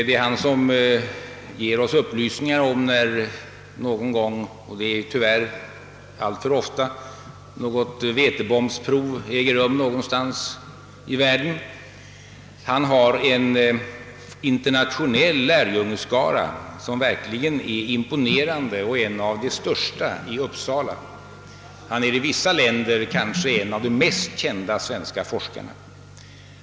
Det är han som ger oss upplysningar om när någon gång — tyvärr händer det alltför ofta — ett vätebombprov äger rum någonstans i världen. Han har en internationell lärjungeskara som verkligen är imponerande och en av de största i Uppsala. I vissa länder är han kanske en av de mest kända forskarna.